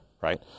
right